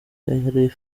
yari